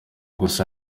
gusa